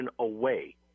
away